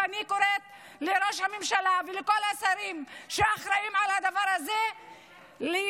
ואני קוראת לראש הממשלה ולכל השרים שאחראים על הדבר הזה ליזום,